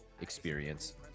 experience